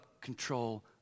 control